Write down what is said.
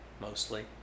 mostly